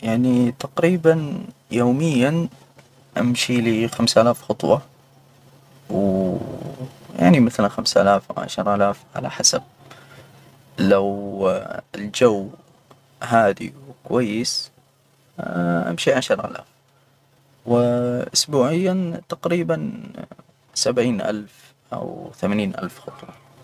يعني تقريبا يوميا أمشي لي خمسة آلاف خطوة. يعني مثلا خمسة آلاف، عشر آلاف على حسب. لو الجو هادي وكويس، أمشي عشر آلاف، وأسبوعيا تقريبا سبعين ألف أو ثمانين ألف خطوة.